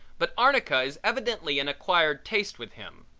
but arnica is evidently an acquired taste with him.